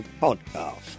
Podcast